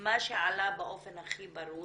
מה שעלה באופן הכי ברור